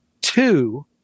two